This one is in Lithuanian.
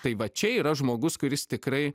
tai va čia yra žmogus kuris tikrai